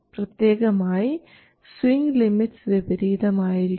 പ്രത്യേകമായി swing limits വിപരീതമായിരിക്കും